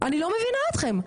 אני לא מבינה אתכם.